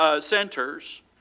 centers